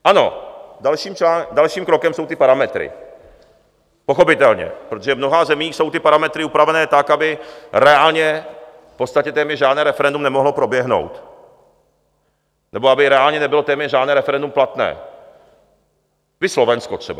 Ano, dalším krokem jsou ty parametry, pochopitelně, protože v mnoha zemích jsou parametry upravené tak, aby reálně v podstatě téměř žádné referendum nemohlo proběhnout nebo aby reálně nebylo téměř žádné referendum platné, viz Slovensko třeba.